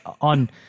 on